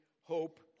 hope